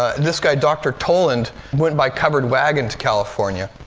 ah this guy, dr. toland, went by covered wagon to california.